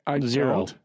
Zero